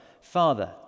Father